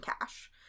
cash